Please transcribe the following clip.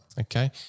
Okay